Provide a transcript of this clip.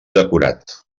decorat